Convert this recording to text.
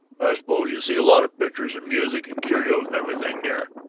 i suppose you see a lot of pictures and music and curios and everything there.